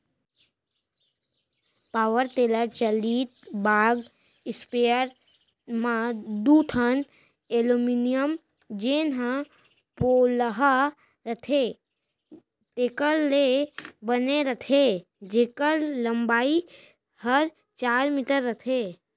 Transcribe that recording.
power tiller चलित बाग spare म दू ठन एलमोनियम जेन ह पोलहा रथे तेकर ले बने रथे जेकर लंबाई हर चार मीटर रथे